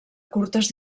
curtes